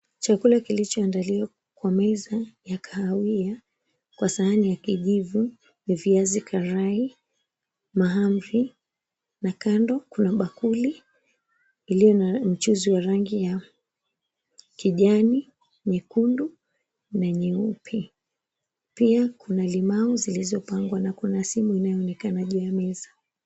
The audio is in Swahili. Chakula kilichoandaliwa kwa meza ya kahawia kwa sahani ya kijivu ni viazi karai, mahamri, na kando kuna bakuli iliyo na mchuzi wa rangi ya kijani, nyekundu, na nyeupe. Pia kuna limau zilizopangwa, na kuna simu inayoonekana juu ya meza.